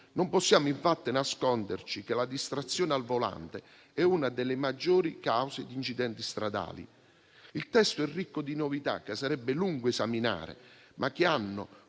Non possiamo, infatti, nasconderci che la distrazione al volante è una delle maggiori cause di incidenti stradali. Il testo è ricco di novità che sarebbe lungo esaminare, ma che hanno